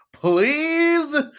Please